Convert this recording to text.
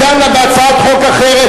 היא דנה בהצעת חוק אחרת,